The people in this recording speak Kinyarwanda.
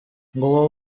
ngo